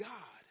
God